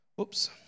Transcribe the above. Oops